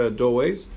doorways